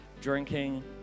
drinking